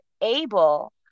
able